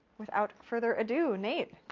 without further ado, nate